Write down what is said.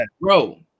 bro